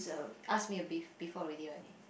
ask me b~ before already right